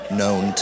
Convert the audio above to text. known